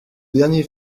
dernier